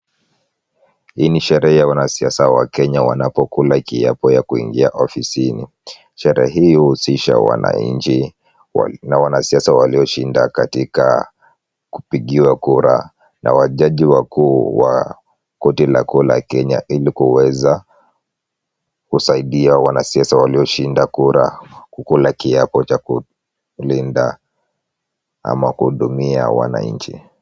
Hii ni sherehe ya wanasiasa wa Kenya wanapokula kiapo ya kuingia ofisini. Sherehe hiyo huhusisha wananchi na wanasiasa walioshinda katika kupigiwa kura na wajaji wakuu wa koti la kuu la Kenya ili kuweza kusaidia wanasiasa walioshinda kura kukula kiapo cha kulinda ama kuhudumia wananchi.